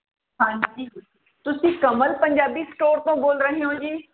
ਹਾਂਜੀ ਤੁਸੀਂ ਕਮਲ ਪੰਜਾਬੀ ਸਟੋਰ ਤੋਂ ਬੋਲ ਰਹੇ ਹੋ ਜੀ